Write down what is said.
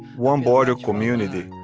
one board, or community.